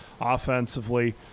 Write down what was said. offensively